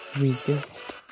Resist